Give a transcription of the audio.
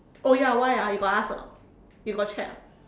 oh ya why ah you got ask or not you got check or not